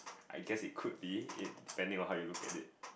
I guess it could be it depending on how you look at it